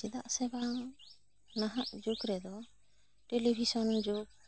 ᱪᱮᱫᱟᱜ ᱥᱮ ᱵᱟᱝ ᱱᱟᱦᱟᱜ ᱡᱩᱜᱽ ᱨᱮᱫᱚ ᱴᱮᱞᱤᱵᱤᱥᱚᱱ ᱡᱩᱜᱽ